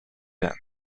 event